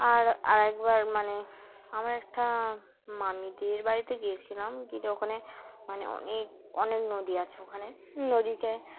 আর আরে একবার মানে আমার একটা মামিদের বাড়িতে গিয়েছিলাম গিয়ে তো ওখানে মানে অনেক অনেক নদী আছে ওখানে নদীতে